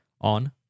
on